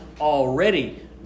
already